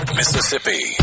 mississippi